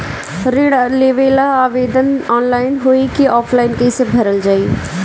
ऋण लेवेला आवेदन ऑनलाइन होई की ऑफलाइन कइसे भरल जाई?